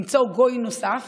למצוא גוי נוסף